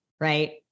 right